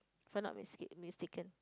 if I'm not miska~ mistaken